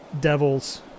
devils